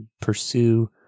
pursue